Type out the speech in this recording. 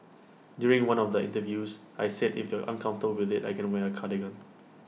during one of the interviews I said if you're uncomfortable with IT I can wear A cardigan